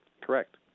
correct